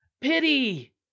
pity